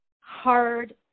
hard